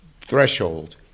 threshold